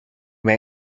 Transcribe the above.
may